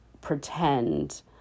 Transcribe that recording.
pretend